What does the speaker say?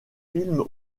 films